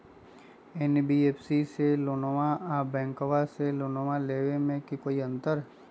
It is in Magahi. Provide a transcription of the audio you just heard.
एन.बी.एफ.सी से लोनमा आर बैंकबा से लोनमा ले बे में कोइ अंतर?